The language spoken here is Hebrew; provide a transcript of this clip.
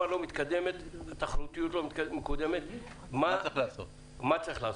מה זה שירותי תשלום?